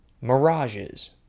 Mirages